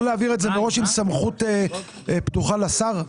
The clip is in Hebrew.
לא להעביר את זה מראש עם סמכות פתוחה לשר?